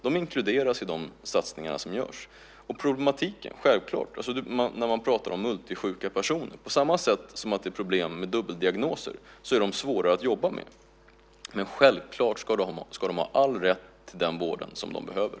De inkluderas i de satsningar som görs. Vi talar här om multisjuka personer. På samma sätt som att det är problem med dubbeldiagnoser är det svårt att jobba med dessa personer. Men självklart ska de ha all rätt till den vård de behöver.